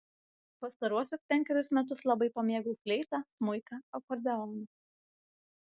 pastaruosius penkerius metus labai pamėgau fleitą smuiką akordeoną